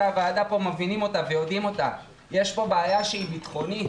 הוועדה פה מבינים אותה ויודעים אותה יש פה בעיה שהיא ביטחונית,